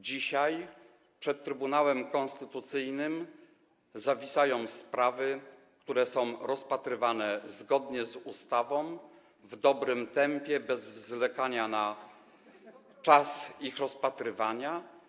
Dzisiaj przed Trybunałem Konstytucyjnym zawisają sprawy, które są rozpatrywane zgodnie z ustawą, w dobrym tempie, bez zwlekania, [[Wesołość na sali]] jeśli chodzi o czas ich rozpatrywania.